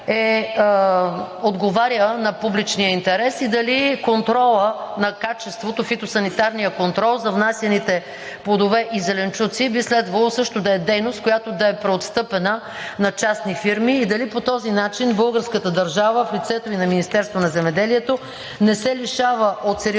отговаря на публичния интерес? Дали контролът на качеството, фитосанитарният контрол за внасяните плодове и зеленчуци би следвало също да е дейност, която да е преотстъпена на частни фирми? Дали по този начин българската държава в лицето и на Министерството на земеделието не се лишава от сериозни